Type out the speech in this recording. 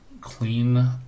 clean